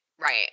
Right